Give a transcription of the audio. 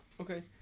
Okay